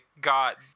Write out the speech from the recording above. got